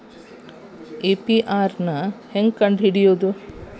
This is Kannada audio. ಎ.ಪಿ.ಆರ್ ನ ಹೆಂಗ್ ಕಂಡ್ ಹಿಡಿಯೋದು?